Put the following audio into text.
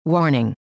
Warning